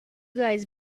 guys